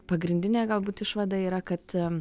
pagrindinė galbūt išvada yra kad